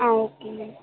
ஆ ஓகேங்க